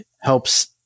helps